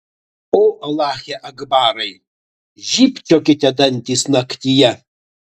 o alache akbarai žybčiokite dantys naktyje